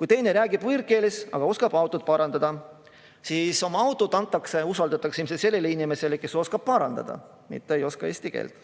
kuid teine räägib võõrkeeles, aga oskab autot parandada, siis oma auto usaldatakse ilmselt sellele inimesele, kes oskab parandada, mitte ei oska eesti keelt.